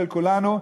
של כולנו,